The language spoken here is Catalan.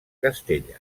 castella